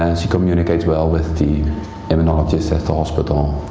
she communicates well with the immunologists at the hospital.